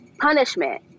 punishment